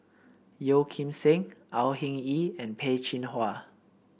Yeo Kim Seng Au Hing Yee and Peh Chin Hua